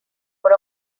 por